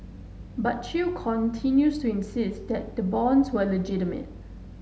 but Chew continues to insist that the bonds were legitimate